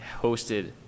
hosted